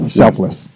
selfless